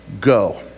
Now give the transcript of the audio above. go